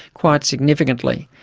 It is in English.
quite significantly.